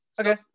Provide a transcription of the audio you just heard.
okay